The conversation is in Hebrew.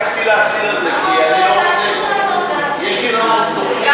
ביקשתי להסיר את זה כי אני לא רוצה,